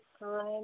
time